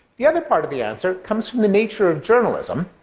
the other part of the answer comes from the nature of journalism,